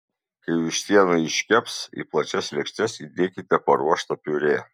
kai vištiena iškeps į plačias lėkštes įdėkite paruoštą piurė